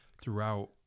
throughout